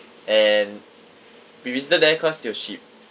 and we visited there cause it was cheap